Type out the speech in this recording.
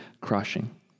crushing